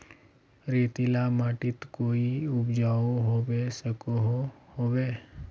रेतीला माटित कोई उपजाऊ होबे सकोहो होबे?